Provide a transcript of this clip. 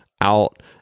out